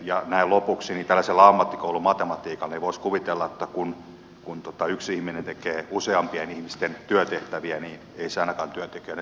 näin lopuksi tällaisella ammattikoulumatematiikalla voisi kuvitella että kun yksi ihminen tekee useampien ihmisten työtehtäviä niin ei se ainakaan työntekijöiden tarvetta lisää